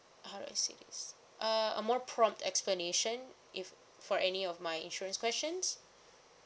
how do I say this uh a more prompt explanation if for any of my insurance questions